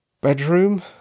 bedroom